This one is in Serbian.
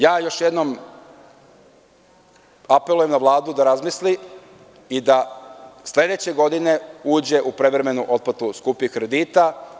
Još jednom apelujem na Vladu da razmisli i da sledeće godine uđe u prevremenu otplatu skupih kredita.